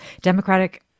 Democratic